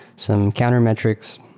some counter metrics,